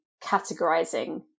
categorizing